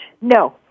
No